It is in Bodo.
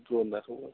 द्र'नखौ